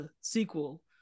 sequel